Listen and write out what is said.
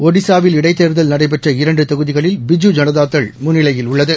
ஒடிஸாவில் இடைத்தேர்தல் நடைபெற்ற இரண்டு தொகுதிகளில் பிஜூ ஜனதாதள் முன்னிலையில் உள்ளது